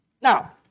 now